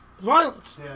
Violence